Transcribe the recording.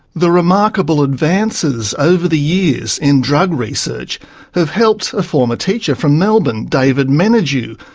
the remarkable advances over the years in drug research have helped a former teacher from melbourne, david menadue,